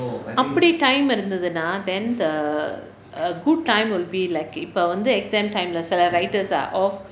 அப்படி:appadi time இருந்ததுன்னா:irunthathunnaa then the a good time will be like இப்போ வந்து:ippo vanthu exam time இல்ல சில:illa sila writers are off